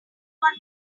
one